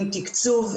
עם תקצוב,